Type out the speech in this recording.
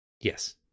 Yes